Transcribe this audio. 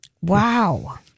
Wow